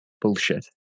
bullshit